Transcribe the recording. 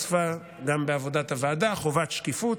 נוספה בעבודת הוועדה חובת שקיפות.